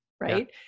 Right